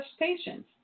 patients